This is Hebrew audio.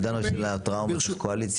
לא ידענו שלטראומה יש קואליציה.